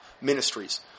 ministries